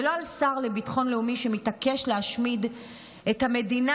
ולא על שר לביטחון לאומי שמתעקש להשמיד את המדינה,